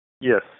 Yes